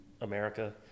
America